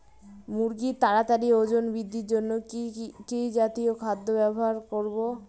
মুরগীর তাড়াতাড়ি ওজন বৃদ্ধির জন্য কি জাতীয় খাদ্য ব্যবহার করব?